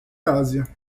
ásia